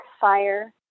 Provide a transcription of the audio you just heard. fire